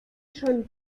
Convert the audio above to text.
schon